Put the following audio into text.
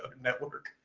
network